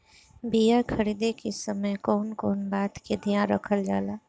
बीया खरीदे के समय कौन कौन बात के ध्यान रखल जाला?